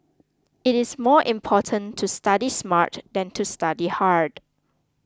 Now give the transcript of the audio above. it is more important to study smart than to study hard